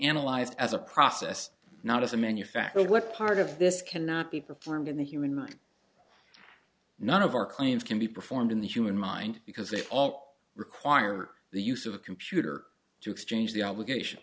analyzed as a process not as a manufactured what part of this cannot be performed in the human mind none of our claims can be performed in the human mind because they all require the use of a computer to exchange the obligation